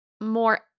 more